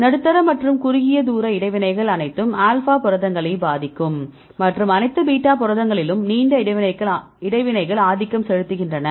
நடுத்தர மற்றும் குறுகிய தூர இடைவினைகள் அனைத்து ஆல்பா புரதங்களையும் பாதிக்கும் மற்றும் அனைத்து பீட்டா புரதங்களிலும் நீண்ட இடைவினைகள் ஆதிக்கம் செலுத்துகின்றன